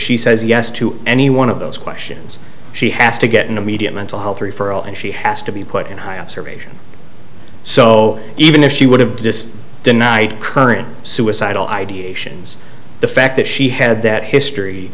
she says yes to any one of those questions she has to get an immediate mental health referral and she has to be put in high observation so even if she would have denied current suicidal ideations the fact that she had that history